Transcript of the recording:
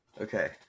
okay